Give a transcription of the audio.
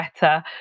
better